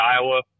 Iowa